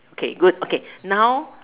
okay good okay now